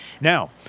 Now